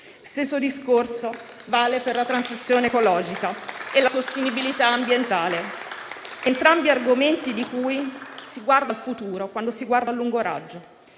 Stesso discorso vale per la transizione ecologica e la sostenibilità ambientale, entrambi argomenti di chi guarda al futuro del Paese a lungo raggio.